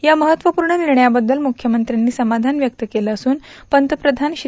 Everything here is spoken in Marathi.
या महत्त्वपूर्ण निर्णयाबद्दल मुख्यमंत्यांनी समाधान व्यक्त केल असून पंतप्रधान श्री